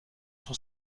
sur